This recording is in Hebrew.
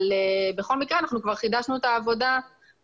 אבל בכל מקרה אנחנו כבר חידשנו את העבודה וישבנו